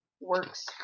works